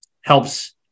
helps